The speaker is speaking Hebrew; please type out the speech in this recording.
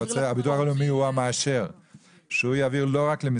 הוא משרד העבודה והרווחה והעובדה שמתמודדי נפש,